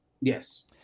Yes